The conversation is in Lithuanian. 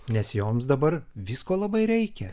nes joms dabar visko labai reikia